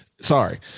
Sorry